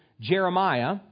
Jeremiah